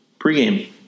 pregame